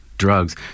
drugs